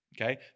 Okay